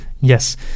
Yes